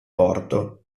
porto